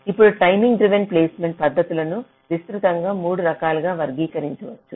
ఇప్పుడు timing driven placement పద్ధతులను విస్తృతంగా 3 రకాలుగా వర్గీకరించవచ్చు